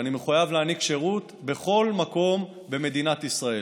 ואני מחויב להעניק שירות בכל מקום במדינת ישראל.